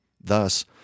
Thus